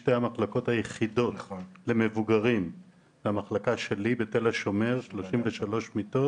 שתי המחלקות היחידות למבוגרים הן המחלקה שלי בתל השומר - 33 מיטות,